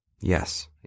Yes